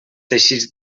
teixits